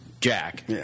Jack